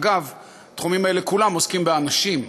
אגב, התחומים האלה כולם עוסקים באנשים.